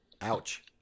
Ouch